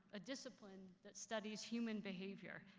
a discipline that studies human behavior,